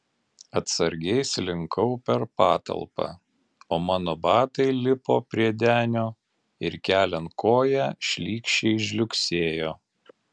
atsargiai slinkau per patalpą o mano batai lipo prie denio ir keliant koją šlykščiai žliugsėjo